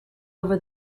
over